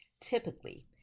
Typically